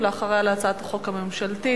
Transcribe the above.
ולאחריה על הצעת החוק הממשלתית.